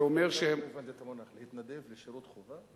זה אומר, להתנדב לשירות חובה?